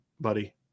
buddy